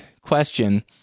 question